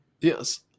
Yes